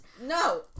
No